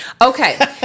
Okay